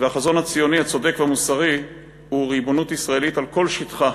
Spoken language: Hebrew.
והחזון הציוני הצודק והמוסרי הוא ריבונות ישראלית על כל שטחה